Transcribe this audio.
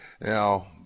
Now